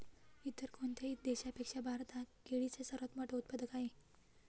इतर कोणत्याही देशापेक्षा भारत हा केळीचा सर्वात मोठा उत्पादक आहे